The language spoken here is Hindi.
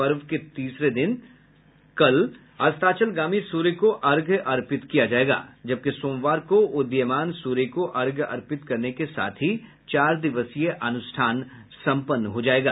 पर्व के तीसरे कल दिन अस्ताचलगामी सूर्य को अर्घ्य अर्पित किया जायेगा जबकि सोमवार को उदीयमान सूर्य को अर्घ्य अर्पित करने के साथ ही चार दिवसीय अनुष्ठान सम्पन्न हो जायेगा